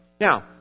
Now